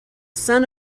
son